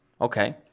okay